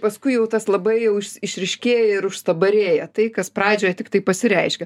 paskui jau tas labai jau išryškėja ir užstabarėja tai kas pradžioj tiktai pasireiškia